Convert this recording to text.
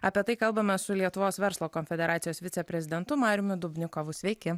apie tai kalbame su lietuvos verslo konfederacijos viceprezidentu mariumi dubnikovu sveiki